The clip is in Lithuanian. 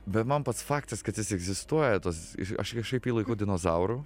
bet man pats faktas kad jis egzistuoja tas aš kažkaip jį laikau dinozauru